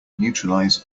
neutralize